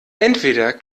entweder